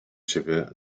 ciebie